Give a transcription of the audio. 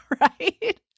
right